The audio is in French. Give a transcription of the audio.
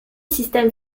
système